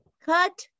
Cut